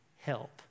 help